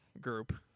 group